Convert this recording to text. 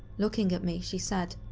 looking at me she said,